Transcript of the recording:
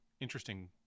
interesting